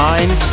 Mind